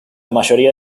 mayoría